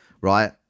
right